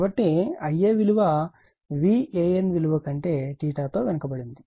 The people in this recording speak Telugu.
కాబట్టి Ia విలువ VAN విలువ కంటే తో వెనుకబడి ఉంది